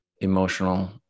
emotional